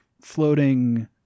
floating